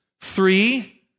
Three